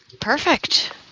Perfect